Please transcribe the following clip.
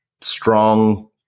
strong